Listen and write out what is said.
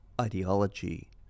ideology